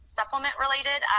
supplement-related